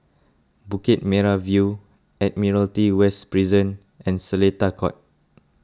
Bukit Merah View Admiralty West Prison and Seletar Court